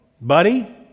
buddy